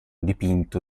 dipinto